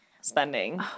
spending